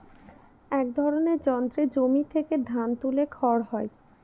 এক ধরনের যন্ত্রে জমি থেকে ধান তুলে খড় হয়